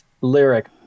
lyric